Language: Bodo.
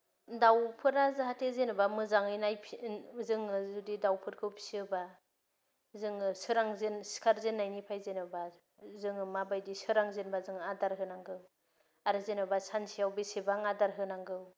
दाउफोरा जाहाथे जेनबा मोजाङै नायफिन जोङो जुदि दाउफोरखौ फिसियोबा जोङो सोरांजेन सिखारजेननायनिफ्राय जेनबा जोङो माबायदि सोरां जेनबा जों आदार होनांगोन आरो जेनबा सानसेयाव बेसेबां आदार होनांगौ